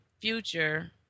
future